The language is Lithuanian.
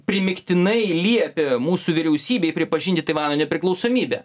primygtinai liepė mūsų vyriausybei pripažinti taivano nepriklausomybę